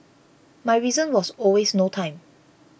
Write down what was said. my reason was always no time